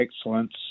excellence